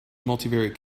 multivariate